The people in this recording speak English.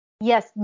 Yes